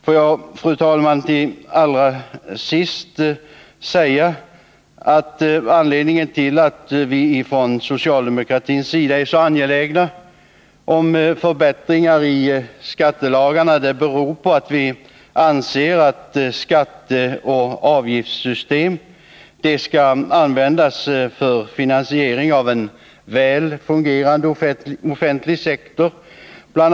Får jag, fru talman, allra sist säga att anledningen till att vi från socialdemokratins sida är så angelägna om förbättringar i skattelagarna är att vi anser att skatteoch avgiftssystemen skall användas för finansiering av en väl fungerande offentlig sektor. Bl.